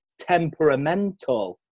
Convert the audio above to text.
temperamental